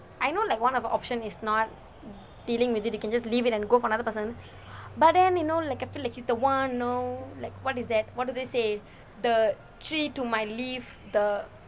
I know like one of the option is not dealing with it you can just leave it and go for another person but then you know like I feel like he's the [one] know like what is that what do they say the tree to my leave the